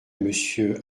monsieur